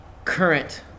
current